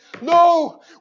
No